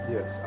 Yes